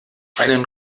einen